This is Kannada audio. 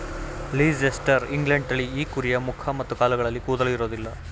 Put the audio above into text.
ಲೀಸೆಸ್ಟರ್ ಇಂಗ್ಲೆಂಡ್ ತಳಿ ಈ ಕುರಿಯ ಮುಖ ಮತ್ತು ಕಾಲುಗಳಲ್ಲಿ ಕೂದಲು ಇರೋದಿಲ್ಲ